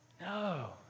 No